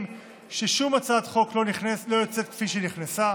ששום הצעת חוק לא יוצאת כפי שהיא נכנסה,